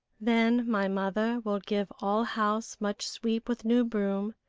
then my mother will give all house much sweep with new broom,